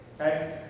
Okay